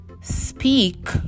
speak